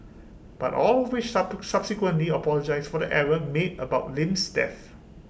but all of which sub subsequently apologised for the error made about Lim's death